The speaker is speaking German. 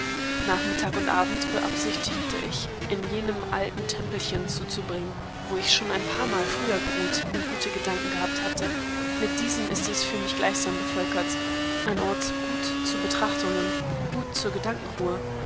nachmittag und abend beabsichtigte ich in jenem alten tempelchen zuzubringen wo ich schon ein paarmal früher geruht und gute gedanken gehabt habe mit diesen ist es für mich gleichsam bevölkert ein ort gut zu betrachtungen gut zur gedankenruhe